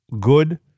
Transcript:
good